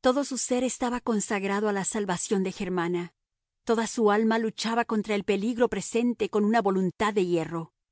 todo su ser estaba consagrado a la salvación de germana toda su alma luchaba contra el peligro presente con una voluntad de hierro